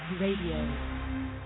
radio